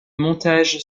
montage